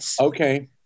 Okay